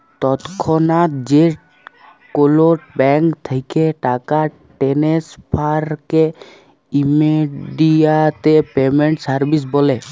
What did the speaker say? তৎক্ষনাৎ যে কোলো ব্যাংক থ্যাকে টাকা টেনেসফারকে ইমেডিয়াতে পেমেন্ট সার্ভিস ব্যলে